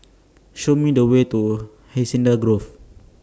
Show Me The Way to Hacienda Grove